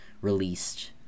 released